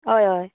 हय हय